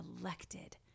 elected